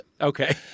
Okay